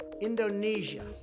Indonesia